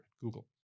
Google